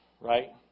right